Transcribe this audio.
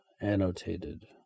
annotated